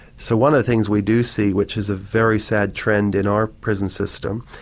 so one of the things we do see which is a very sad trend in our prison system,